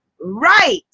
right